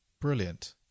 brilliant